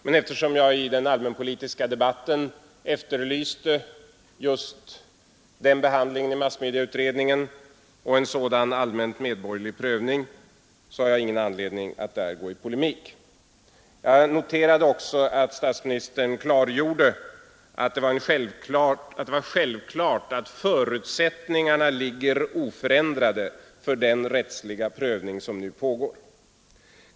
Men eftersom jag i den allmänpolitiska debatten efterlyste en sådan behandling i massmedieutredningen och en sådan allmänt medborgerlig prövning, har jag ingen anledning att gå in i polemik på den punkten. Jag noterar också att statsministern klargjorde att det var självklart att förutsättningarna ligger oförändrade för den rättsliga prövning som nu pågår.